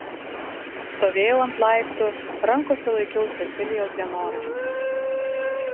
stovėjau ant laiptų rankose laikiau cecilijos dienoraštį